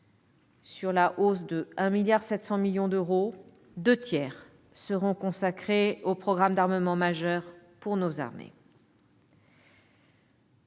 sur la hausse de 1,7 milliard d'euros, deux tiers seront consacrés aux programmes d'armement majeurs pour nos armées.